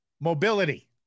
Mobility